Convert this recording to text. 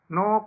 no